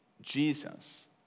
Jesus